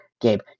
Gabe